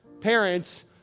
parents